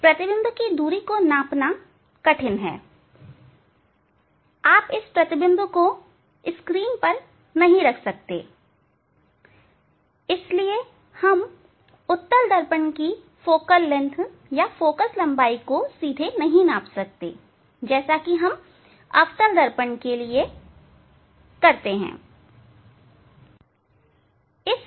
प्रतिबिंब की दूरी को नापना कठिन है आप इस प्रतिबिंब को स्क्रीन पर नहीं रख सकते इसलिए ही हम उत्तल दर्पण की फोकल लंबाई को सीधे नहीं माप सकते जैसा कि हम अवतल दर्पण के लिए करते हैं